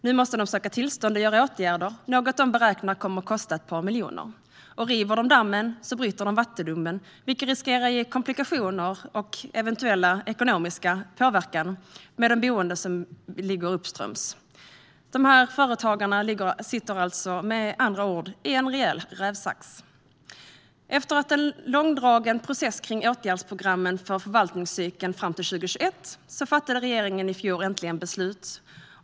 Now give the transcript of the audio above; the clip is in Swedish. Nu måste de söka tillstånd och vidta åtgärder, något de beräknar kommer att kosta ett par miljoner. River de dammen bryter de vattendomen, vilket riskerar att ge komplikationer och eventuell ekonomisk påverkan för boende uppströms. Dessa företagare sitter med andra ord i en rejäl rävsax. Efter en långdragen process kring åtgärdsprogrammen för förvaltningscykeln fram till 2021 fattade regeringen i fjol äntligen beslut.